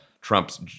Trump's